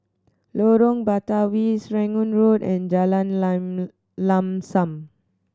Lorong Batawi Serangoon Road and Jalan Lam Lam Sam